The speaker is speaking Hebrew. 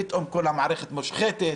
פתאום כל המערכת מושחתת.